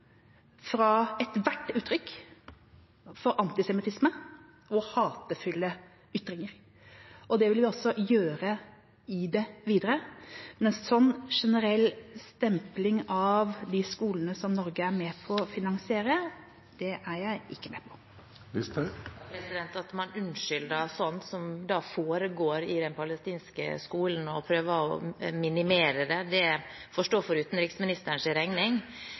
fra ethvert uttrykk for antisemittisme og hatefulle ytringer, og det vil vi også gjøre i det videre. Men en sånn generell stempling av de skolene som Norge er med på å finansiere, er jeg ikke med på. At man unnskylder sånt som foregår i den palestinske skolen, og prøver å minimere det, får stå for utenriksministerens regning.